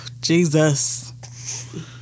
Jesus